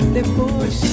Depois